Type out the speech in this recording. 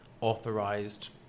authorized